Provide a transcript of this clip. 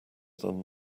than